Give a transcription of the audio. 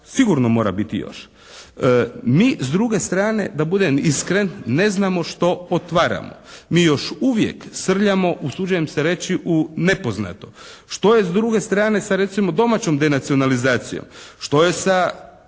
sigurno mora biti još. Mi s druge strane da budem iskren ne znamo što otvaramo? Mi još uvijek srljamo usuđujem se reći u nepoznato. Što je s druge strane sa recimo domaćom denacionalizacijom? Što je sa,